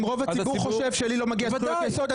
אם רוב הציבור חושב שלי לא מגיעות זכויות יסוד,